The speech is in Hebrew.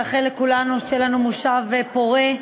לאחל לכולנו שיהיה לנו מושב פורה,